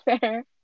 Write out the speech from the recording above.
Fair